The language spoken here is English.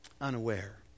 unaware